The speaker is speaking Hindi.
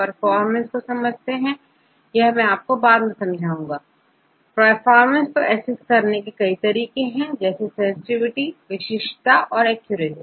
परफॉर्मेंस को समझते कैसे हैं यह मैं आपको बाद में समझा लूंगा परफॉर्मेंस को एसेस कई तरीके हैं जैसे सेंसटिविटी विशिष्टता और एक्यूरेसी